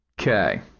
Okay